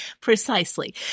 Precisely